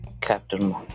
captain